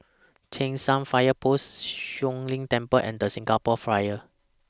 Cheng San Fire Post Siong Lim Temple and The Singapore Flyer